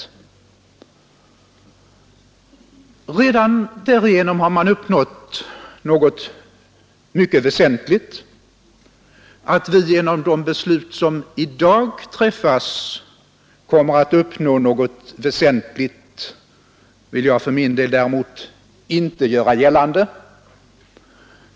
Redan därigenom har man uppnått något mycket väsentligt. Att vi genom de beslut som i dag träffas kommer att uppnå något väsentligt vill jag för min del däremot inte göra gällande.